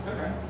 Okay